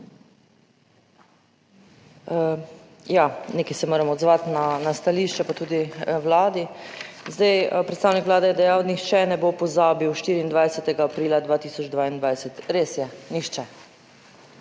Ja, nekaj se moram odzvati na stališče, pa tudi Vladi. Zdaj predstavnik Vlade je dejal, nihče ne bo pozabil 24. aprila 2022, res je, nihče.